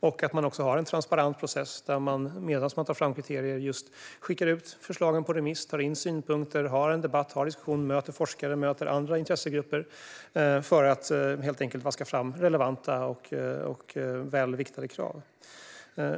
Det är också viktigt att man har en transparent process där man medan man tar fram kriterier skickar ut förslagen på remiss, tar in synpunkter, har en debatt och diskussion och möter forskare och andra intressegrupper för att helt enkelt vaska fram relevanta och väl viktade krav.